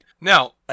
Now